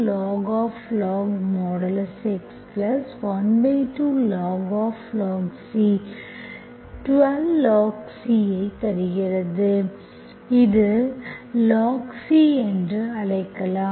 2log X 12log C 12log C ஐ தருகிறது அது ஹாப் log C என அழைக்கலாம்